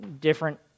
different